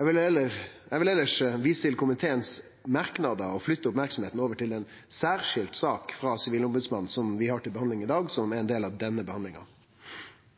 Eg vil elles vise til merknadene frå komiteen og flytte merksemda over til ei særskild sak frå Sivilombodsmannen som vi har til behandling i dag, som ein del av denne behandlinga.